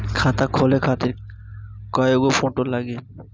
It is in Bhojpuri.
खाता खोले खातिर कय गो फोटो लागी?